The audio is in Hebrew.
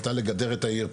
הייתה לגדר את העיר.